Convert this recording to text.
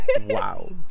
wow